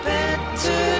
Better